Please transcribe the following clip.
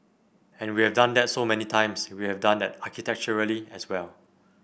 and we have done that so many times we have done that architecturally as well